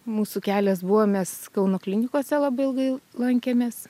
mūsų kelias buvo mes kauno klinikose labai ilgai lankėmės